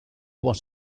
was